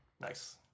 Nice